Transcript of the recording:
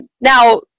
Now